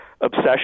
obsession